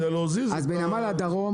כן, כדי להזיז --- בנמל הדרום